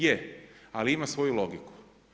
Je, ali ima svoju logiku.